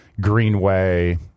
Greenway